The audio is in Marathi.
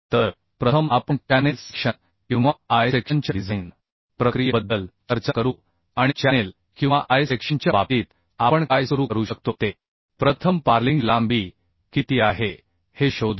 तर प्रथम आपण चॅनेल सेक्शन किंवा I सेक्शनच्या डिझाइन प्रक्रियेबद्दल चर्चा करू आणि चॅनेल किंवा I सेक्शनच्या बाबतीत आपण काय सुरू करू शकतो ते प्रथम पार्लिंग लांबी किती आहे हे शोधू